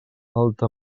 alta